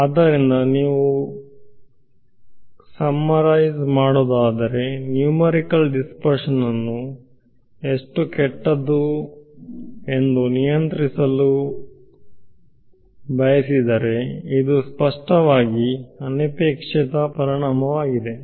ಆದ್ದರಿಂದ ನೀವು ಸಂಕ್ಷಿಪ್ತವಾಗಿ ಬಯಸಿದರೆ ನ್ಯೂಮರಿಕಲ್ ದಿಸ್ಪರ್ಶನ್ ನ್ನು ಎಷ್ಟು ಕೆಟ್ಟದ್ದು ಎಂದು ನಿಯಂತ್ರಿಸಲು ನೋಬ್ ಬಯಸಿದರೆ ಇದು ಸ್ಪಷ್ಟವಾಗಿ ಅನಪೇಕ್ಷಿತ ಪರಿಣಾಮವಾಗಿದೆ